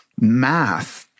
math